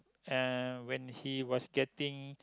uh when he was getting